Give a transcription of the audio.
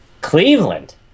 Cleveland